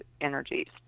energies